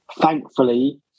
thankfully